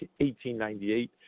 1898